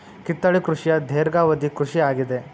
ಕಿತ್ತಳೆ ಕೃಷಿಯ ಧೇರ್ಘವದಿ ಕೃಷಿ ಆಗಿದೆ